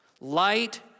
light